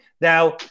now